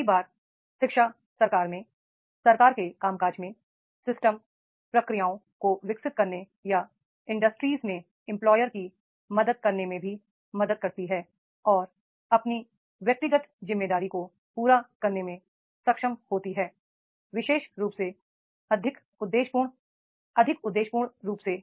कई बार शिक्षा सरकार में सरकार के कामकाज में सिस्टम प्रक्रियाओं को विकसित करने या इंडस्ट्रीज में एंपलॉयर्स की मदद करने में भी मदद करती है और अपनी व्यक्तिगत जिम्मेदारी को पूरा करने में सक्षम होती है विशेष रूप से अधिक उद्देश्यपूर्ण अधिक उद्देश्यपूर्ण रूप से